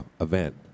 event